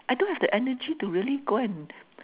I don't have the energy to really go and